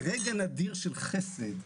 ברגע נדיר של חסד,